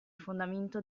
fondamento